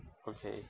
okay